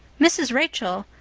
mrs. rachel,